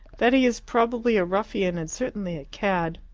that he is probably a ruffian and certainly a cad.